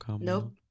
Nope